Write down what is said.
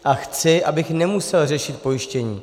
A chci, abych nemusel řešit pojištění.